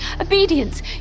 Obedience